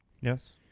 Yes